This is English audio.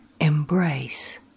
Embrace